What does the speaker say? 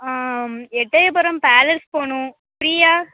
Ettayapuram palace போகனும் ஃபிரியா